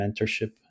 mentorship